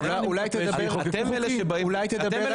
אתם אלה שבאים